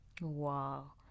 Wow